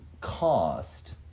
cost